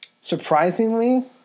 surprisingly